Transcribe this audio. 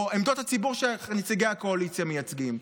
עמדות הציבור שנציגי הקואליציה מייצגים?